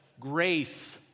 grace